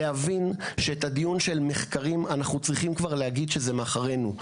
להבין שאת הדיון של מחקרים אנחנו צריכים כבר להגיד שזה מאחורינו,